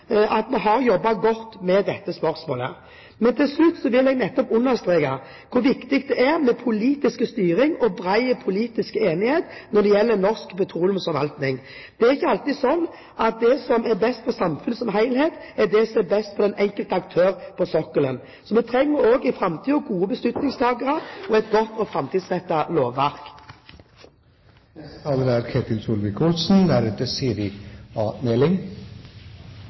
at vi har jobbet godt med dette spørsmålet. Til slutt vil jeg nettopp understreke hvor viktig det er med politisk styring og bred politisk enighet når det gjelder norsk petroleumsforvaltning. Det er ikke alltid slik at det som er best for samfunnet som helhet, er det som er best for den enkelte aktør på sokkelen, så vi trenger også i framtiden gode beslutningstakere og et godt og framtidsrettet lovverk.